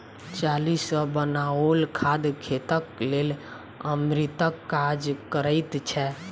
चाली सॅ बनाओल खाद खेतक लेल अमृतक काज करैत छै